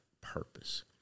purpose